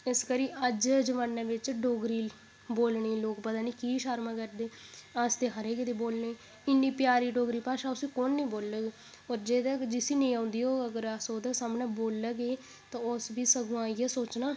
इस करी अज्ज दे जमाने बिच डोगरी बोलने गी लोक पता निं कि शर्म करदे अस ते हर इक दी बोलने इन्नी प्यारी डोगरी भाशा उसी कु'न निं बोलग पर जेह्दा जिसी नेईं औंदी होग अस ओह्दे सामनै बोलगे तां उस बी सगुंआ इ'यै सोचना